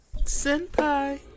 Senpai